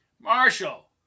Marshall